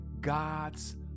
God's